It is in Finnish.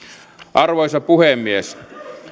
arvoisa puhemies